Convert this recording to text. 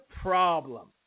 problem